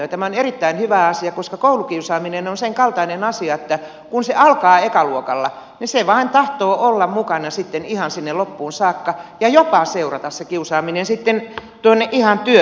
tämä on erittäin hyvä asia koska koulukiusaaminen on sen kaltainen asia että kun se alkaa ekaluokalla niin se kiusaaminen vain tahtoo olla mukana sitten ihan sinne loppuun saakka ja jopa seurata sitten ihan tuonne työelämään